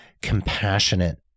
Compassionate